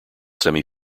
semi